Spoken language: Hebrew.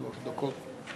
שלוש דקות.